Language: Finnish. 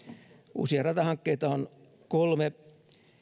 uusia ratahankkeita on kolme